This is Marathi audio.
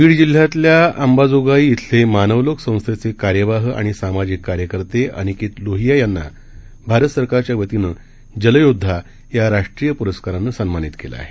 बीड जिल्ह्यातल्या अंबाजोगाई इथले मानवलोक संस्थेचे कार्यवाह आणि सामाजिक कार्यकर्ते अनिकेत लोहिया यांना भारत सरकारच्या वतीनं जल योद्धा या राष्ट्रीय पुरस्कारानं सन्मानित केलं आहे